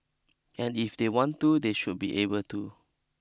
and if they want to they should be able to